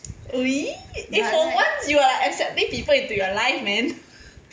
oh eh for once you accepting people into your life man